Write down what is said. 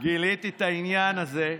גיליתי את העניין הזה.